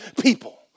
people